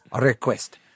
request